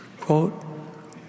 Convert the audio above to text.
Quote